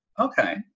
okay